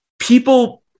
people